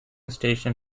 station